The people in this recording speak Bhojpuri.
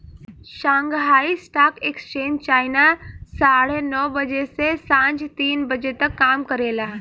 शांगहाई स्टॉक एक्सचेंज चाइना साढ़े नौ बजे से सांझ तीन बजे तक काम करेला